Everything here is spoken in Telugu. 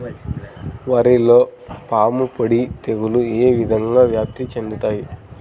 వరిలో పాముపొడ తెగులు ఏ విధంగా వ్యాప్తి చెందుతాయి?